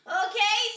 okay